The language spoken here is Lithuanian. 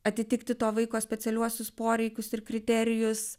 atitikti to vaiko specialiuosius poreikius ir kriterijus